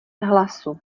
hlasu